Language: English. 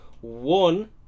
One